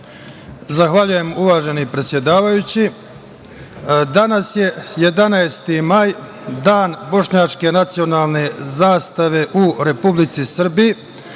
Zahvaljujem, uvaženi predsedavajući. Danas je 11. maj Dan bošnjačke nacionalne zastave u Republici Srbiji